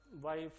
wife